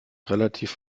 relativ